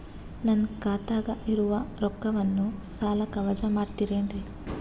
ನನ್ನ ಖಾತಗ ಇರುವ ರೊಕ್ಕವನ್ನು ಸಾಲಕ್ಕ ವಜಾ ಮಾಡ್ತಿರೆನ್ರಿ?